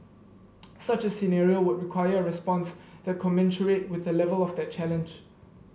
such a scenario would require a response that commensurate with the level of that challenge